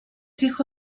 hijo